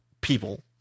people